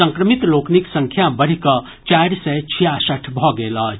संक्रमित लोकनिक संख्या बढ़ि कऽ चारि सय छियासठि भऽ गेल अछि